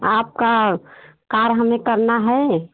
आपकी कार हमें करना है